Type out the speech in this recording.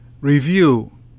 Review